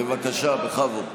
בבקשה, בכבוד.